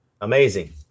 Amazing